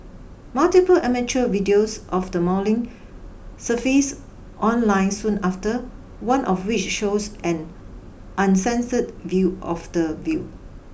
multiple amateur videos of the mauling surfaced online soon after one of which shows an uncensored view of the view